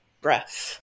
breath